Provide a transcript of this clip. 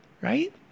Right